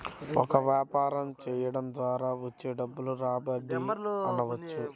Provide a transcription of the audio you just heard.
ఒక వ్యాపారం చేయడం ద్వారా వచ్చే డబ్బును రాబడి అనవచ్చు